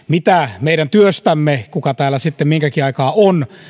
mitä meidän työstämme kuka täällä sitten minkäkin aikaa on